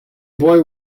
boy